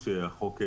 כשהחוק התקבל.